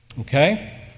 Okay